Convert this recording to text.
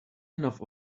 enough